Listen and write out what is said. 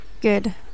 Good